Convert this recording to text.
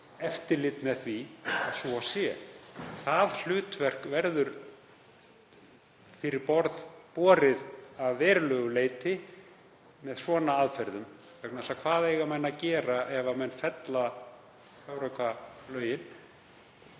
eftirlit með því að svo sé. Það hlutverk verður fyrir borð borið að verulegu leyti með svona aðferðum, vegna þess að hvað eiga menn að gera ef menn fella fjáraukalagafrumvarpið?